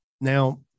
Now